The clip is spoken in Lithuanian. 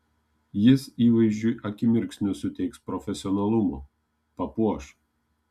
jis įvaizdžiui akimirksniu suteiks profesionalumo papuoš